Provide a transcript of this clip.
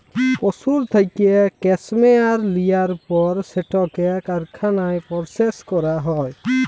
পশুর থ্যাইকে ক্যাসমেয়ার লিয়ার পর সেটকে কারখালায় পরসেস ক্যরা হ্যয়